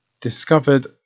discovered